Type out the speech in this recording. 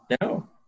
no